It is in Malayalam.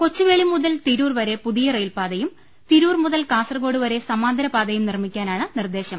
കൊച്ചുവേളി മുതൽ തിരൂർ വരെ പുതിയ റെയിൽപാതയും തിരൂർ മുതൽ കാസർഗോഡ് വരെ സമാന്തര പാതയും നിർമിക്കാനാണ് നിർദേശം